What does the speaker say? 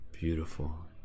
beautiful